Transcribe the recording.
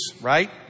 right